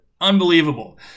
Unbelievable